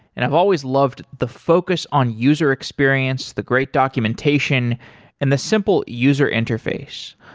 and i've always loved the focus on user experience, the great documentation and the simple user interface.